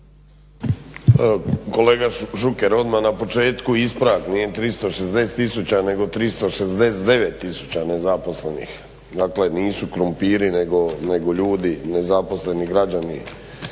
kolega Šuker odmah na početku ispravak, nije 360 tisuća nego 369 tisuća nezaposlenih. Dakle, nisu krumpiri nego ljudi nezaposleni građani